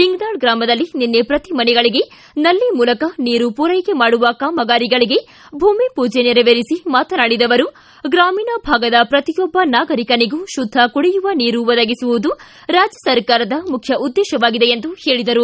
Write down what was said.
ಲಿಂಗದಾಳ ಗ್ರಾಮದಲ್ಲಿ ನಿನ್ನೆ ಪ್ರತಿ ಮನೆಗಳಿಗೆ ನಲ್ಲಿ ಮೂಲಕ ನೀರು ಪೂರೈಕೆ ಮಾಡುವ ಕಾಮಗಾರಿಗಳಿಗೆ ಭೂಮಿ ಪೂಜೆ ನೆರವೇರಿಸಿ ಮಾತನಾಡಿದ ಅವರು ಗ್ರಾಮೀಣ ಭಾಗದ ಪ್ರತಿಯೊಬ್ಬ ನಾಗರಿಕನಿಗೂ ಶುದ್ಧ ಕುಡಿಯುವ ನೀರು ಒದಗಿಸುವದು ರಾಜ್ಯ ಸರಕಾರದ ಮುಖ್ಯ ಉದ್ದೇಶವಾಗಿದೆ ಎಂದರು